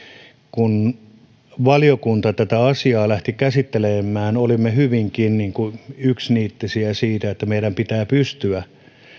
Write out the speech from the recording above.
kun valiokunta tätä asiaa lähti käsittelemään olimme hyvinkin yksiniittisiä siitä että meidän pitää pystyä